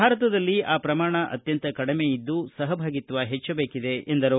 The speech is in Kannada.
ಭಾರತದಲ್ಲಿ ಆ ಪ್ರಮಾಣ ಅತ್ಯಂತ ಕಡಿಮೆ ಇದ್ದು ಸಹಭಾಗಿತ್ಲ ಹೆಚ್ಚಬೇಕಿದೆ ಎಂದರು